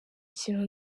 kintu